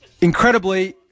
incredibly